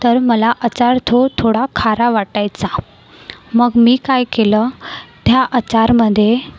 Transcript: तर मला आचार थो थोडा खारा वाटायचा मग मी काय केलं त्या आचारमध्ये